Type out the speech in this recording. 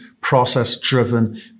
process-driven